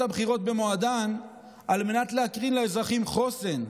הבחירות במועדן על מנת לתת לאזרחים חוסן.